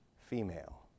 female